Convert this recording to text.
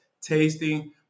tasting